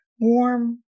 warm